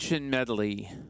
Medley